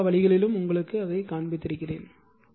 நான் எல்லா வழிகளிலும் உங்களுக்கு காண்பித்துள்ளேன்